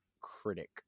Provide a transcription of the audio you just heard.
critic